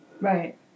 Right